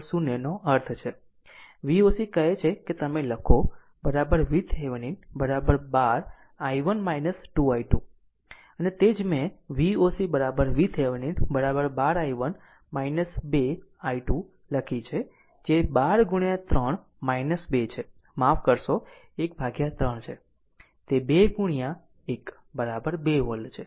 તો Voc Voc એ VThevenin 0 નો અર્થ છે Voc કહે છે કે તમે લખો VThevenin 12 i1 2 i2 તે જ મેં Voc VThevenin 12 i1 2 i2 લખી છે જે 12 ગુણ્યા 3 2 છે માફ કરશો 1 3 છે તે 2 ગુણ્યા 1 2 વોલ્ટ છે